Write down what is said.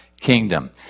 kingdom